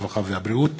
הרווחה והבריאות.